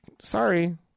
sorry